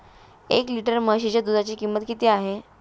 एक लिटर म्हशीच्या दुधाची किंमत किती आहे?